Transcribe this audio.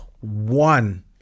one